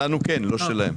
שלנו כן, לא שלהם.